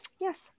Yes